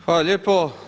Hvala lijepo.